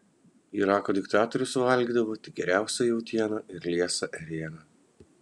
irako diktatorius valgydavo tik geriausią jautieną ir liesą ėrieną